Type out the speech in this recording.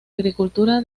agricultura